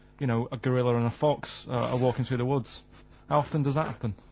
you know, a gorilla and a fox are walkin' through the woods. how often does that happen?